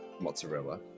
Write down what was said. Mozzarella